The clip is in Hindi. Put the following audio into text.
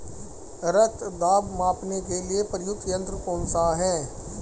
रक्त दाब मापने के लिए प्रयुक्त यंत्र कौन सा है?